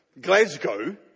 Glasgow